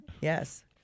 yes